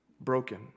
broken